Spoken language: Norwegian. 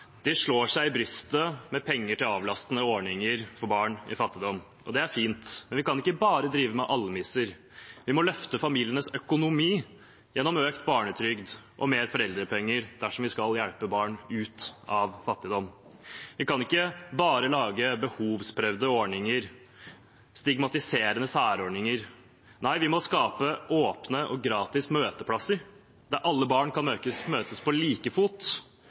Regjeringen slår seg på brystet med penger til avlastende ordninger for barn i fattigdom. Det er fint, men vi kan ikke bare drive med almisser. Vi må løfte familienes økonomi gjennom økt barnetrygd og mer foreldrepenger dersom vi skal hjelpe barn ut av fattigdom. Vi kan ikke bare lage behovsprøvde ordninger, stigmatiserende særordninger. Nei, vi må skape åpne og gratis møteplasser der alle barn kan møtes på like fot